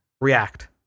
React